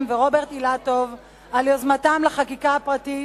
ורוברט אילטוב על יוזמתם לחקיקה הפרטית